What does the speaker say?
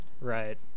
Right